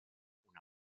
una